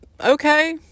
okay